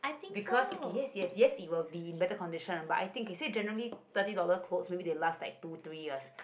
because okay yes yes yes it will be better condition but I think is it generally thirty dollars cloth maybe they last like two three years